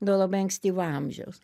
nuo labai ankstyvo amžiaus